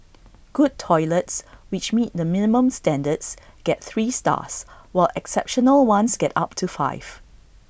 good toilets which meet the minimum standards get three stars while exceptional ones get up to five